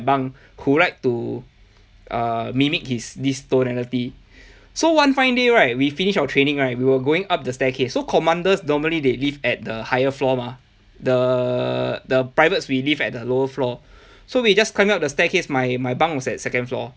bunk who like to err mimic his this tonality so one fine day right we finish our training right we were going up the staircase so commanders normally they live at the higher floor mah the the privates we live at the lower floor so we just climb up the staircase my my bunk was at second floor